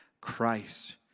Christ